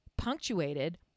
punctuated